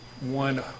one